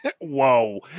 Whoa